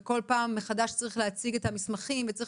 וכל פעם מחדש צריך להציג את המסמכים וצריך